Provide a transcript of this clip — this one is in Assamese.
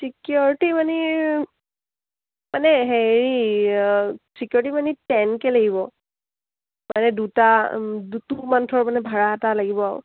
ছিকিউৰিটি মানি মানে হেৰি ছিকিউৰিটি মানি টেন কে লাগিব মানে দুটা টু মানথৰ মানে ভাড়া এটা লাগিব আৰু